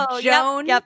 Joan